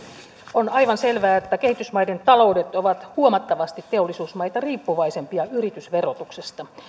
on aivan selvää että kehitysmaiden taloudet ovat huomattavasti teollisuusmaita riippuvaisempia yritysverotuksesta